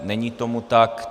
Není tomu tak.